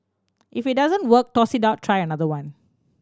if it doesn't work toss it out try another one